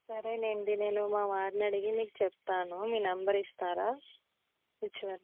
సరేలేండి నేను మా వారిని అడిగి నీకు చెప్తాను మీ నంబరు ఇస్తారా